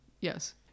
yes